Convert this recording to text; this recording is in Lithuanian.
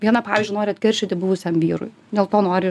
viena pavyzdžiui nori atkeršyti buvusiam vyrui dėl to nori